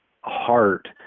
heart